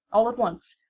all at once,